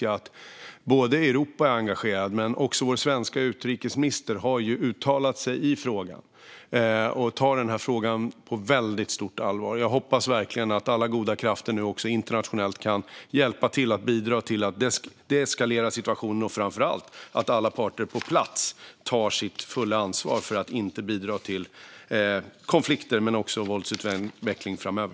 Jag vet att Europa är engagerat i detta, och vår svenska utrikesminister har också uttalat sig i frågan och tar den på väldigt stort allvar. Jag hoppas verkligen att alla goda krafter, också internationella, nu kan hjälpa till för att deeskalera situationen och framför allt att alla parter på plats tar sitt ansvar fullt ut för att inte bidra till konflikter och våldsutveckling framöver.